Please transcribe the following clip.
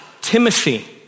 Timothy